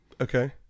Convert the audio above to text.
Okay